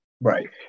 Right